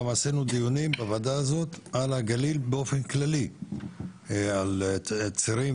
גם עשינו דיונים בוועדה הזו על הגליל באופן כללי על צירים,